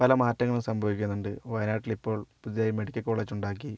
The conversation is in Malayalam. പല മാറ്റങ്ങളും സംഭവിക്കുന്നുണ്ട് വയനാട്ടിലിപ്പോൾ പുതുതായി മെഡിക്കൽ കോളേജുണ്ടാക്കി